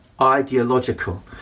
ideological